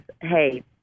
hey